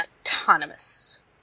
autonomous